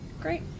Great